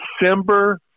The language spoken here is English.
December